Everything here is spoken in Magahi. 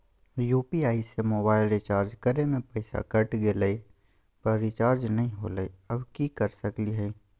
यू.पी.आई से मोबाईल रिचार्ज करे में पैसा कट गेलई, पर रिचार्ज नई होलई, अब की कर सकली हई?